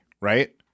right